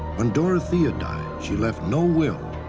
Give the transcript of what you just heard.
when dorothea died, she left no will,